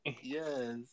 Yes